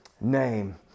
name